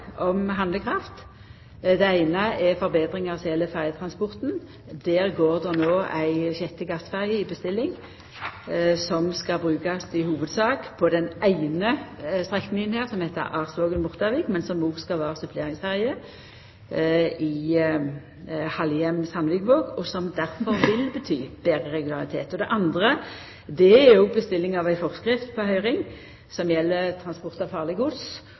om handlekraft. Det eine er forbetringar av sjølve ferjetransporten. Det går no ei sjette gassferje i bestilling. Ho skal i hovudsak brukast på den eine strekninga, Arsvågen–Mortavik, men ho skal òg vera suppleringsferje på strekninga Halhjem–Sandvikvåg, noko som vil bety betre regularitet. Det andre er bestilling av ei forskrift på høyring som gjeld transport av farleg gods,